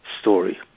story